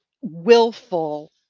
willful